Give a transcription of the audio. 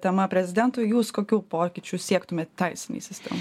tema prezidentui jūs kokių pokyčių siektumėt teisinėj sistemoj